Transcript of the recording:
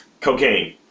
Cocaine